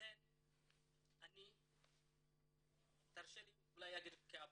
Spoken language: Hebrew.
לכן אני, תרשה לי אולי אדבר כאב,